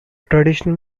traditional